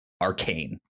Arcane